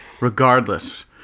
regardless